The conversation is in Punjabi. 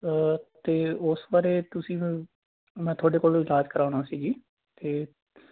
ਅਤੇ ਉਸ ਬਾਰੇ ਤੁਸੀਂ ਮੈਂ ਤੁਹਾਡੇ ਕੋਲ ਇਲਾਜ ਕਰਾਉਣਾ ਸੀ ਜੀ ਅਤੇ